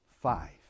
five